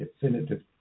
definitive